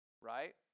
right